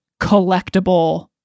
collectible